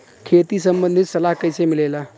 खेती संबंधित सलाह कैसे मिलेला?